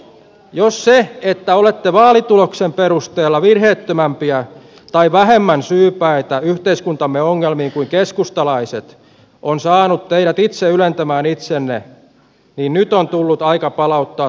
arvon hallituspuolueet jos se että olette vaalituloksen perusteella virheettömämpiä tai vähemmän syypäitä yhteiskuntamme ongelmiin kuin keskustalaiset on saanut teidät itse ylentämään itsenne niin nyt on tullut aika palauttaa teidätkin maan pinnalle